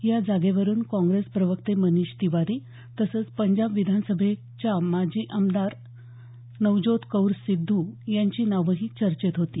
या जागेवरून काँग्रेस प्रवक्ते मनीष तिवारी तसंच पंजाब विधानसभेच्या माजी आमदार नवज्योत कौर सिद्ध यांची नावंही चर्चेत होती